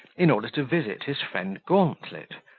in order to visit his friend gauntlet,